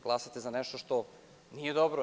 Glasate za nešto što nije dobro.